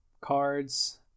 cards